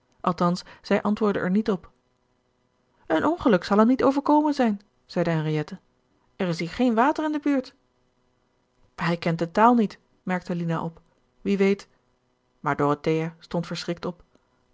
althans zij antwoordde er niet op een ongeluk zal hem niet overkomen zijn zeide henriette er is hier geen water in de buurt hij kent de taal niet merkte lina op wie weet maar dorothea stond verschrikt op